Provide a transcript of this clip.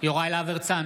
יוראי להב הרצנו,